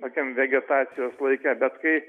tokiam vegetacijos laike bet kai